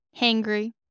hangry